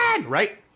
right